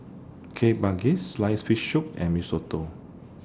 Kueh Manggis Sliced Fish Soup and Mee Soto